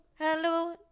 hello